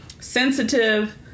sensitive